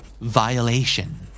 Violation